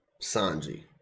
Sanji